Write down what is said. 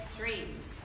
Extreme